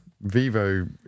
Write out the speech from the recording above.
Vivo